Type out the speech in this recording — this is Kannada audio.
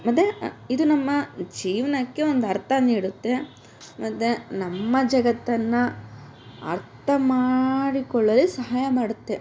ಮತ್ತು ಇದು ನಮ್ಮ ಜೀವನಕ್ಕೆ ಒಂದು ಅರ್ಥ ನೀಡುತ್ತೆ ಮತ್ತು ನಮ್ಮ ಜಗತ್ತನ್ನು ಅರ್ಥ ಮಾಡಿಕೊಳ್ಳಲು ಸಹಾಯ ಮಾಡುತ್ತೆ